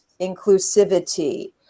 inclusivity